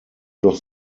doch